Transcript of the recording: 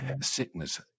sickness